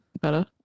better